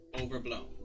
overblown